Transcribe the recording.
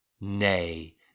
Nay